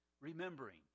remembering